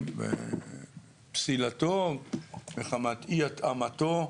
התושבים ופסילתו מחמת אי התאמתו,